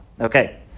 Okay